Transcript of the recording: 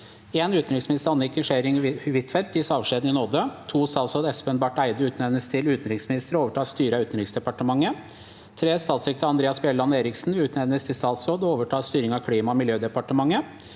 1. Utenriksminister Anniken Scharning Huitfeldt gis avskjed i nåde. 2. Statsråd Espen Barth Eide utnevnes til utenriksminister og overtar styret av Utenriksdepartementet. 3. Statssekretær Andreas Bjelland Eriksen utnevnes til statsråd og overtar styret av Klima- og miljødepartementet.